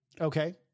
Okay